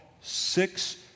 six